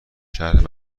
شهر